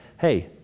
hey